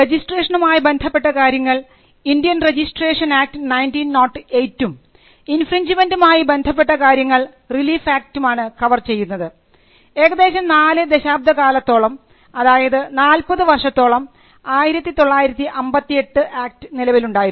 രജിസ്ട്രേഷനുമായി ബന്ധപ്പെട്ട കാര്യങ്ങൾ Indian registration act 1908 ഉം ഇൻഫ്രിൻഞ്ജ്മെൻറുമായി ബന്ധപ്പെട്ട കാര്യങ്ങൾ റിലീഫ് ആക്ടും ആണ് കവർ ചെയ്യുന്നത് ഏകദേശം നാല് ദശാബ്ദകാലത്തോളം അതായത് 40 വർഷത്തോളം 1958 ആക്ട് നിലവിലുണ്ടായിരുന്നു